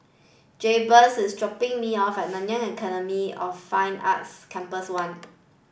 Jabez is dropping me off at Nanyang Academy of Fine Arts Campus One